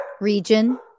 region